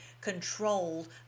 controlled